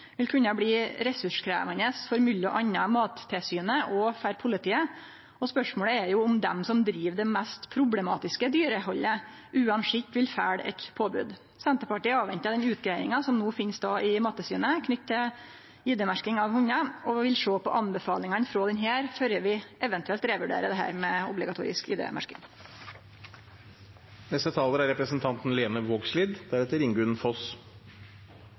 vil kunne bli ressurskrevjande for m.a. Mattilsynet og for politiet. Spørsmålet er om dei som driv det mest problematiske dyrehaldet, uansett vil følgje eit påbod. Senterpartiet ventar på den utgreiinga som no finn stad i Mattilsynet knytt til ID-merking av hundar, og vi vil sjå på anbefalingane frå denne før vi eventuelt revurderer obligatorisk ID-merking. Arbeidarpartiet støttar forslagsstillarane si bekymring for dyrs velferd og rettsvern. Bikkjer er